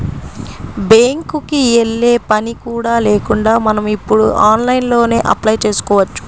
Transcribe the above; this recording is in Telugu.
బ్యేంకుకి యెల్లే పని కూడా లేకుండా మనం ఇప్పుడు ఆన్లైన్లోనే అప్లై చేసుకోవచ్చు